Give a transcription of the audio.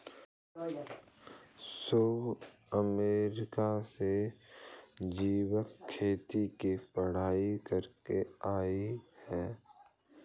Shubhra America से जैविक खेती की पढ़ाई करके आई है